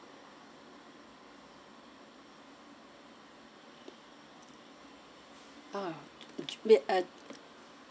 ah we uh